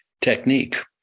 technique